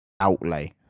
outlay